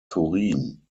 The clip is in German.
turin